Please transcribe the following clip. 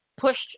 pushed